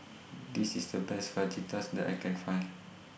This IS The Best Fajitas that I Can Find